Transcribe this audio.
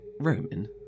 Roman